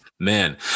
man